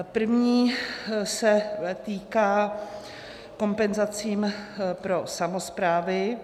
První se týká kompenzací pro samosprávy.